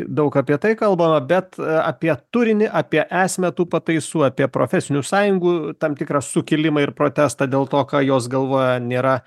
daug apie tai kalbama bet apie turinį apie esmę tų pataisų apie profesinių sąjungų tam tikrą sukilimą ir protestą dėl to ką jos galvoja nėra